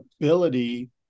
ability